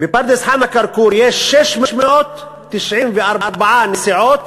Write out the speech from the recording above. בפרדס-חנה כרכור יש 694 נסיעות